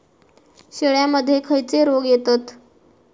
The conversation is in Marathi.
शेळ्यामध्ये खैचे रोग येतत?